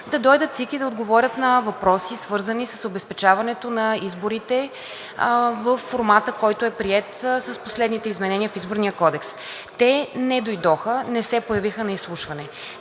да дойдат ЦИК и да отговорят на въпроси, свързани с обезпечаването на изборите във формата, който е приет с последните изменения в Изборния кодекс. Те не дойдоха, не се появиха на изслушване.